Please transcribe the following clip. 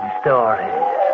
stories